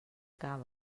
cava